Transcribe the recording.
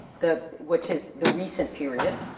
the, which is the recent period,